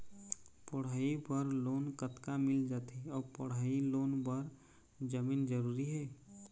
पढ़ई बर लोन कतका मिल जाथे अऊ पढ़ई लोन बर जमीन जरूरी हे?